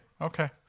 okay